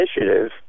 initiative